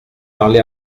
parlé